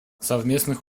совместных